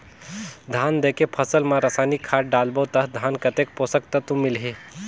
धान देंके फसल मा रसायनिक खाद डालबो ता धान कतेक पोषक तत्व मिलही?